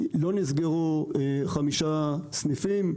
לא נסגרו חמישה סניפים.